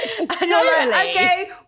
Okay